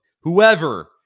whoever